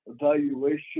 evaluation